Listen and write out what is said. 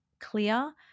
clear